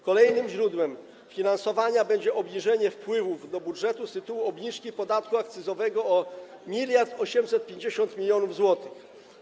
Kolejnym źródłem finansowania będzie obniżenie wpływów do budżetu z tytułu obniżki podatku akcyzowego o 1850 mln zł.